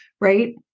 right